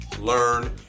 learn